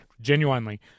genuinely